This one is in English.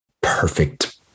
perfect